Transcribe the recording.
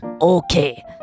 Okay